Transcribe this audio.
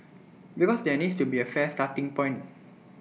because there needs to be A fair starting point